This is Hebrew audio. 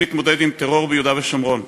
להתמודד עם טרור ביהודה ושומרון.